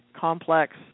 complex